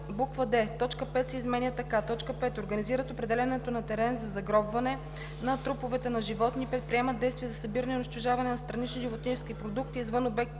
точка 5 се изменя така: „5. организират определянето на терен за загробване на труповете на животни и предприемат действия за събиране и унищожаване на странични животински продукти извън обектите